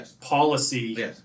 policy